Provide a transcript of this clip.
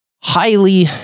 highly